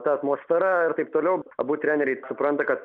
ta atmosfera ir taip toliau abu treneriai supranta kad